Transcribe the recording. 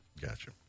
Gotcha